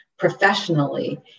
professionally